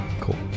cool